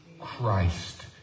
Christ